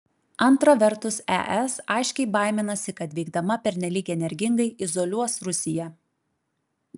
antra vertus es aiškiai baiminasi kad veikdama pernelyg energingai izoliuos rusiją